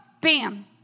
bam